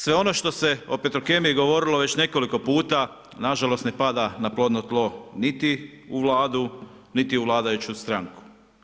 Sve ono što se o Petrokemiji govorilo već nekoliko puta na žalost ne pada na plodno tlo niti u Vladu, niti u vladajuću stranku.